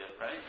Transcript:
right